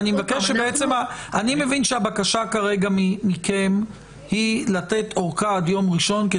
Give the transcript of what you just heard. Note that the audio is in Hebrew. אני מבין שהבקשה מכם היא לתת ארכה עד יום ראשון,